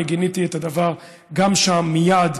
אני גיניתי את הדבר גם שם מייד,